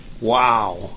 Wow